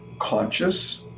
Conscious